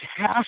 half